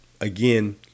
again